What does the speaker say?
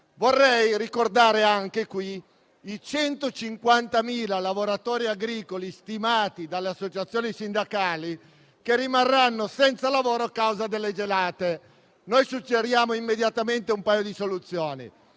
Vorrei anche ricordare i 150.000 lavoratori agricoli, stimati dalle associazioni sindacali, che rimarranno senza lavoro a causa delle gelate. Suggeriamo immediatamente un paio di soluzioni: